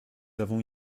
avons